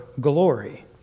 Glory